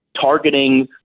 targeting